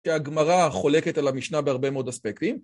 שהגמרה חולקת על המשנה בהרבה מאוד אספקטים.